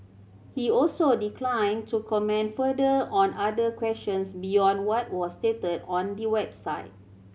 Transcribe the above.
he also declined to comment further on other questions beyond what was stated on the website